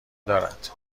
دارد